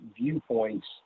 viewpoints